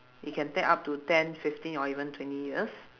it can take up to ten fifteen or even twenty years